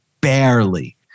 barely